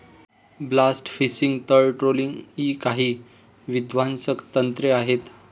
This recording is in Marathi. ब्लास्ट फिशिंग, तळ ट्रोलिंग इ काही विध्वंसक तंत्रे आहेत